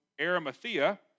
Arimathea